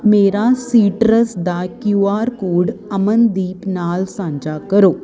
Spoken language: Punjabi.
ਮੇਰਾ ਸੀਟਰਸ ਦਾ ਕਿਉ ਆਰ ਕੋਡ ਅਮਨਦੀਪ ਨਾਲ ਸਾਂਝਾ ਕਰੋ